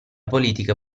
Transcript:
politica